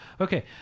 Okay